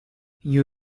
you